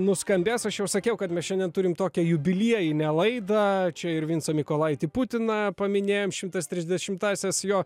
nuskambės aš jau sakiau kad mes šiandien turim tokią jubiliejinę laidą čia ir vincą mykolaitį putiną paminėjom šimtas trisdešimtąsias jo